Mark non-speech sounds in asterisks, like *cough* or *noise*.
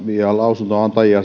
ja lausunnonantajien *unintelligible*